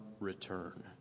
return